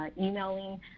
emailing